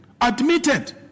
admitted